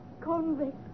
convict